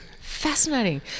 Fascinating